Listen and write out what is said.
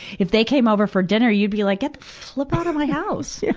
if they came over for dinner, you'd be like, get the flip outta my house! yeah